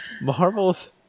marvel's